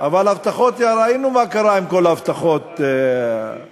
אבל ראינו מה קרה עם כל ההבטחות, אלי.